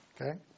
Okay